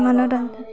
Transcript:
मनोरञ्जन